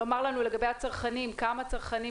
לומר לנו לגבי הצרכנים כמה צרכנים,